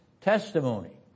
testimony